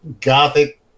gothic